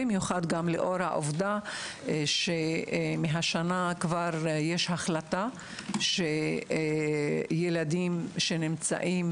במיוחד לאור העובדה שמהשנה יש כבר החלטה שילדים שנמצאים